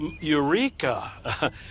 Eureka